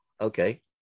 Okay